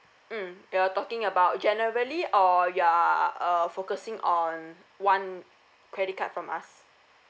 mm you're talking about generally or you're uh focusing on one credit card from us